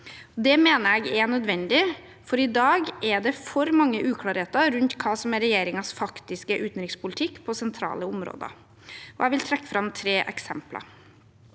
Det mener jeg er nødvendig, for i dag er det for mange uklarheter rundt hva som er regjeringens faktiske utenrikspolitikk på sentrale områder. Jeg vil trekke fram tre eksempler.